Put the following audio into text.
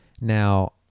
Now